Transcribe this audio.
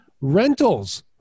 rentals